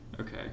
Okay